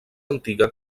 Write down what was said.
antiga